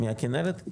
מהכנרת?